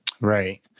Right